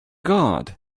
god